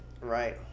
Right